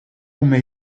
ume